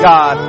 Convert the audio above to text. God